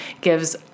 gives